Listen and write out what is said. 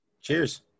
Cheers